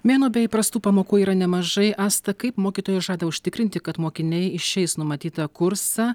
mėnuo be įprastų pamokų yra nemažai asta kaip mokytojai žada užtikrinti kad mokiniai išeis numatytą kursą